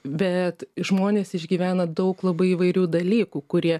bet žmonės išgyvena daug labai įvairių dalykų kurie